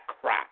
crap